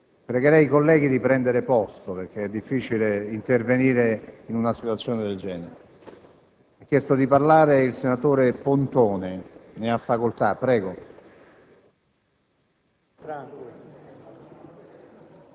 Pregherei i colleghi di prendere posto, perché è difficile intervenire in una situazione del genere. È iscritto a parlare il senatore Pontone. Ne ha facoltà.